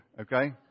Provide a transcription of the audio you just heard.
okay